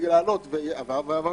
שגם עבר בחוק,